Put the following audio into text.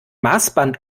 maßband